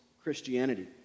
Christianity